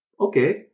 okay